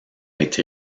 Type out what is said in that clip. été